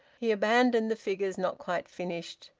he abandoned the figures not quite finished,